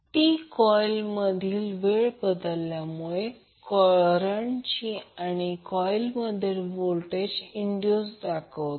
ती कॉइल मधील वेळ बदलल्यामुळे करंटची आणि कॉइल मधील व्होल्टेज इन्डूस दाखवते